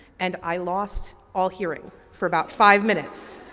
and i lost all hearing for about five minutes.